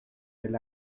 del